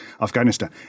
Afghanistan